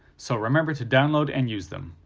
so remember to download and use them.